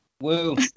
Woo